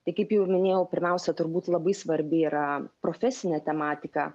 tai kaip jau ir minėjau pirmiausia turbūt labai svarbi yra profesinė tematika